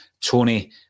Tony